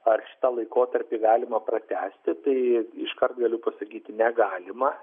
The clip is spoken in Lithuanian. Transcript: ar šitą laikotarpį galima pratęsti tai iškart galiu pasakyti negalima